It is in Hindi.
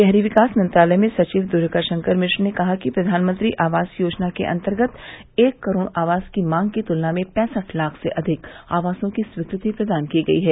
शहरी विकास मंत्रालय में सचिव दुर्गाशंकर मिश्र ने कहा कि प्रधानमंत्री आवास योजना के अंतर्गत एक करोड़ आवास की मांग की तुलना में पैंसठ लाख से अधिक आवासों की स्वीकृति प्रदान की गई है